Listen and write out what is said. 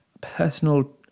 personal